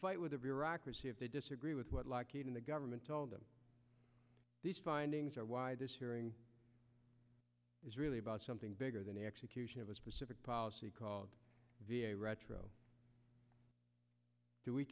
fight with the bureaucracy if they disagree with what lockheed in the government told them these findings are why this hearing is really about something bigger than the execution of a specific policy called v a retro do we